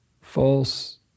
false